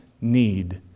need